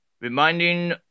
reminding